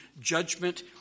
judgment